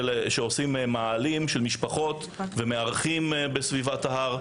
שעושים מאהלים של משפחות ומארחים בסביבת ההר.